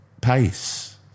pace